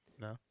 No